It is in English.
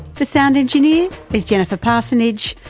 the sound engineer is jennifer parsonage.